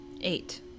Eight